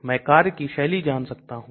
मैं कार्य की शैली जान सकता हूं